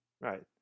Right